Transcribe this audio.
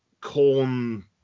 corn